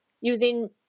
using